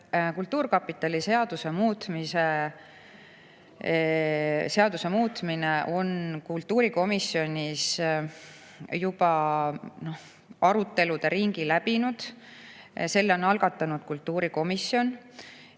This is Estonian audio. Kultuurkapitali seaduse muutmine on kultuurikomisjonis juba arutelude ringi läbinud. Selle on algatanud kultuurikomisjon